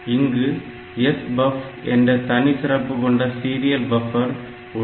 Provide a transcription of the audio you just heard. இங்கு SBUF என்ற தனிச்சிறப்பு கொண்ட சீரியல் பப்பர் உண்டு